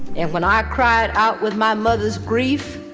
and when i cried out with my mother's grief,